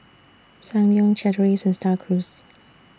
Ssangyong Chateraise STAR Cruise